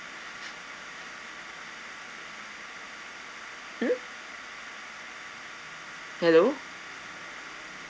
mm hello